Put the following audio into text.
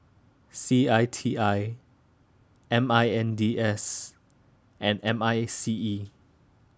C I T I M I N D S and M I C E